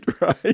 right